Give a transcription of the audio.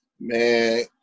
man